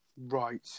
Right